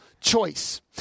choice